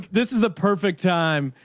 this is the perfect time.